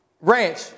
Ranch